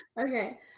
okay